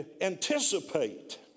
anticipate